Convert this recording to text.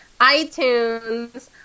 iTunes